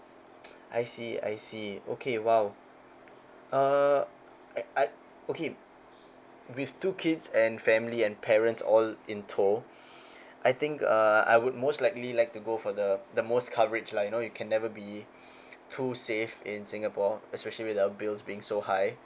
I see I see okay !wow! uh I I okay with two kids and family and parents all in tow I think uh I would most likely like to go for the the most coverage lah you know you can never be too safe in singapore especially our bills being so high